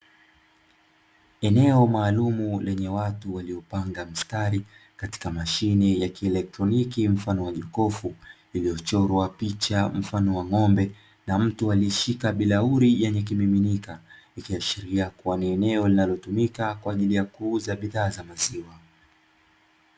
Eneo maalumu lenye watu waliopanga mstari katika mashine ya kielektroniki mfano wa jokofu, iliyochorwa picha mfano wa ng'ombe na mtu aliyeshika bilauri yenye kimiminika, ikiashiria kuwa ni eneo linalotumika kwa ajili ya kuuza bidhaa ya maziwa.